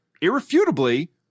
irrefutably